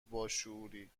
باشعوری